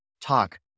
talk